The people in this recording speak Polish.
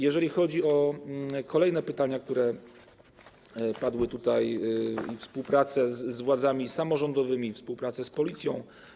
Jeżeli chodzi o kolejne pytania, które padły, o współpracę z władzami samorządowymi, współpracę z Policją.